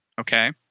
Okay